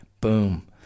Boom